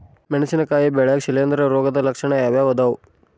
ಮೆಣಸಿನಕಾಯಿ ಬೆಳ್ಯಾಗ್ ಶಿಲೇಂಧ್ರ ರೋಗದ ಲಕ್ಷಣ ಯಾವ್ಯಾವ್ ಅದಾವ್?